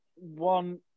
one